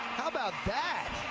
how about that?